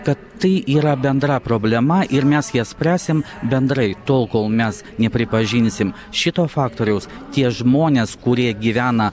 kad tai yra bendra problema ir mes ją spręsim bendrai tol kol mes nepripažinsim šito faktoriaus tie žmonės kurie gyvena